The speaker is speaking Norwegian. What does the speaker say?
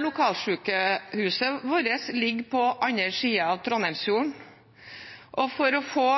Lokalsykehuset vårt ligger på den andre siden av Trondheimsfjorden. For å få